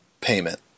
payment